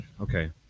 okay